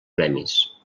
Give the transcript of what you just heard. premis